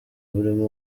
burimo